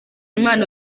impano